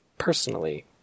Personally